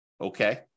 Okay